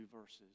verses